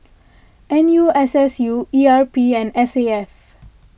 N U S S U E R P and S A F